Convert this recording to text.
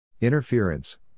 Interference